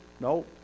No